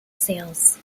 sales